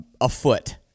afoot